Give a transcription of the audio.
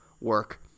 work